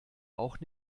auch